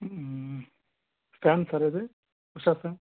stand sir ఇది ఒకసారి